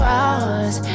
hours